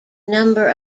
number